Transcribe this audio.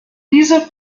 diese